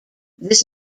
this